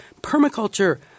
permaculture